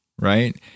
right